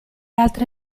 altre